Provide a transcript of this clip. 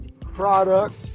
product